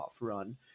run